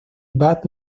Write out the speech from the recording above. bad